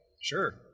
sure